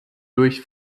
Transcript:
durch